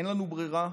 אין לנו ברירה.